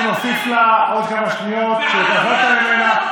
אני מוסיף לה עוד כמה שניות שלקחת ממנה.